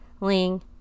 Ling